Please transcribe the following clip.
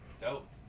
Dope